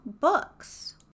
books